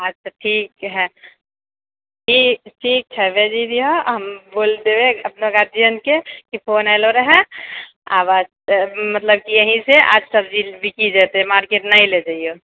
अच्छा ठीक है ठीक ठीक छै भेजि दियौ अऽ हम बोलि देबै अपना गार्जियन के कि फोन एलौ रहै आ मतलब कि एहि से आब सब्जी बिक जेतै मार्केट नहि लेजैओ